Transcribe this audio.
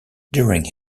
during